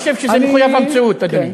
אני חושב שזה מחויב המציאות, אדוני.